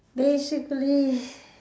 basically